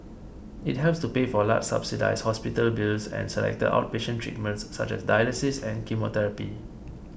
it helps to pay for large subsidised hospital bills and selected outpatient treatments such as dialysis and chemotherapy